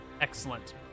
Excellent